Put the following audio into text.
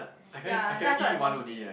ya then I felt like vomiting